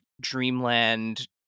dreamland